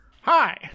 hi